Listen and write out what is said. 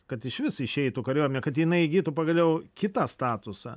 kad išvis išeitų kariuomenė kad jinai įgytų pagaliau kitą statusą